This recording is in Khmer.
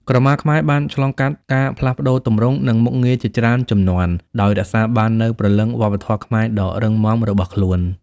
ក្រមាខ្មែរបានឆ្លងកាត់ការផ្លាស់ប្តូរទម្រង់ និងមុខងារជាច្រើនជំនាន់ ដោយរក្សាបាននូវព្រលឹងវប្បធម៌ខ្មែរដ៏រឹងមាំរបស់ខ្លួន។